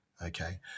Okay